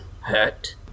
hurt